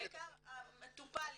העיקר שהמטופל יוצא עם רישיון?